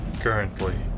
Currently